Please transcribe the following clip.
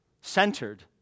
centered